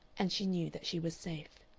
and she knew that she was safe.